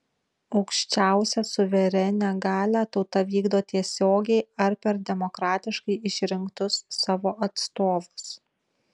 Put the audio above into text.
aukščiausią suverenią galią tauta vykdo tiesiogiai ar per demokratiškai išrinktus savo atstovus